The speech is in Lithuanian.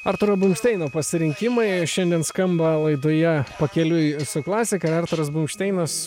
arturo bumšteino pasirinkimai šiandien skamba laidoje pakeliui su klasika arturas bumšteinas